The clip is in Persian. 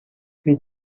هیچ